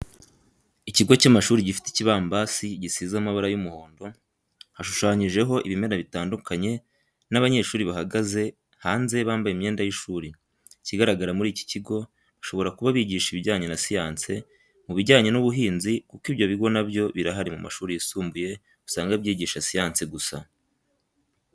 Ikigo cy'amashuri gifite ikibambasi gisize amabara y'umuhondo, hashushanyijeho ibimera bitandukanye n'abanyeshuri bahagaze hanze bambaye imyenda y'ishuri, ikigaragara muri iki kigo bashobora kuba bigisha ibijyanye na siyansi, mubijyanye n'ubuhinzi kuko ibyo bigo na byo birahari mu mashuri yisumbuye usanga byigisha siyansi gusa.